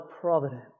providence